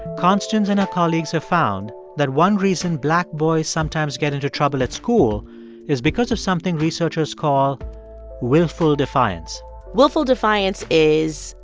constance and her colleagues have found that one reason black boys sometimes get into trouble at school is because of something researchers call willful defiance willful defiance is,